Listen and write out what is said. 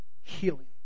Healing